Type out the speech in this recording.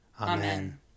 Amen